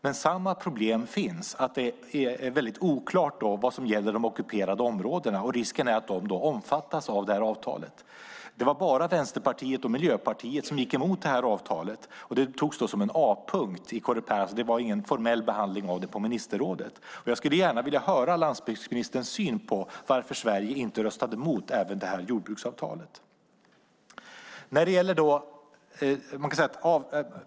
Men samma problem finns, att det är väldigt oklart vad som gäller i de ockuperade områdena, och risken är att de omfattas av avtalet. Det var bara Vänsterpartiet och Miljöpartiet som gick emot avtalet. Det antogs som en A-punkt i Coreper. Det var alltså ingen formell behandling i ministerrådet. Jag skulle gärna vilja höra landsbygdsministerns syn på varför Sverige inte röstade mot det jordbruksavtalet.